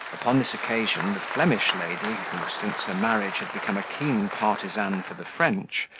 upon this occasion, the flemish lady, who, since her marriage, had become a keen partisan for the french,